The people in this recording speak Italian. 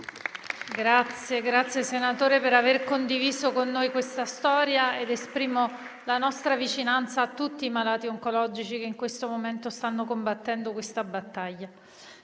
Grazie senatore, per aver condiviso con noi questa storia. Esprimo la nostra vicinanza a tutti i malati oncologici che in questo momento stanno combattendo questa battaglia.